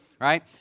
right